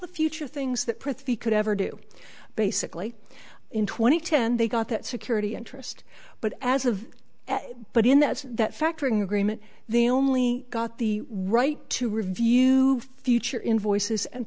the future things that prithvi could ever do basically in twenty ten they got that security interest but as of but in that that factoring agreement they only got the right to review future invoices and